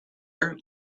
air